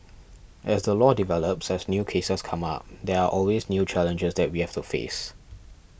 as the law develops as new cases come up there are always new challenges that we have to face